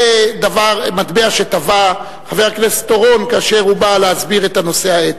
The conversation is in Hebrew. זה מטבע שטבע חבר הכנסת אורון כאשר הוא בא להסביר את הנושא האתי.